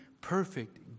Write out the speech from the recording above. perfect